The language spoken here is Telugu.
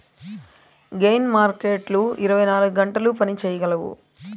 గెయిన్ మార్కెట్లు ఇరవై నాలుగు గంటలు పని చేయగలవు